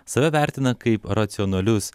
save vertina kaip racionalius